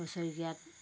বছৰেকীয়াত